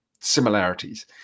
similarities